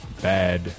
bad